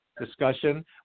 Discussion